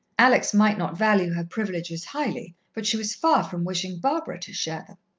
alex might not value her privileges highly, but she was far from wishing barbara to share them.